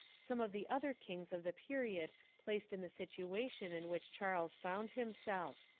some of the other kings of the period placed in the situation in which charles found himself.